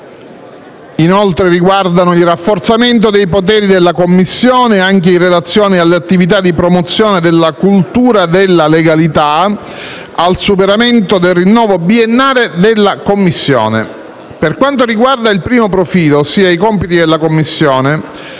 Inoltre, riguardano il rafforzamento dei poteri della Commissione, anche in relazione alle attività di promozione della cultura della legalità e al superamento del rinnovo biennale della Commissione. Per quanto riguarda il primo profilo, ossia i compiti della Commissione,